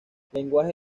lenguaje